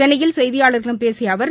சென்னையில் செய்தியாளர்களிடம் பேசிய அவர்